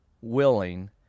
willing